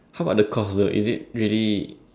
how about the cost though is it really